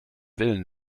willen